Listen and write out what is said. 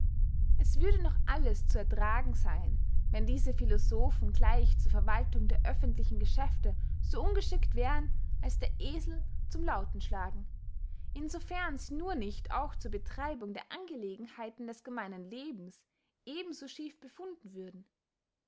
es würde noch alles zu ertragen seyn wenn diese philosophen gleich zur verwaltung der öffentlichen geschäfte so ungeschickt wären als der esel zum lautenschlagen insofern sie nur nicht auch zur betreibung der angelegenheiten des gemeinen lebens eben so schief befunden würden